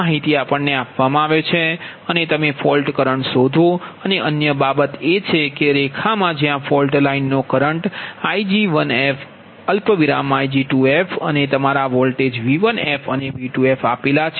આ માહિતી આપવામા આવે છે અને તમે ફોલ્ટ કરંટ શોધો અને અન્ય બાબત એ છે કે રેખામા જ્યાં ફોલ્ટ લાઈન નો કરંટ Ig1f Ig2f અને તમારા વોલ્ટેજ V1f અને V2f આપેલા છે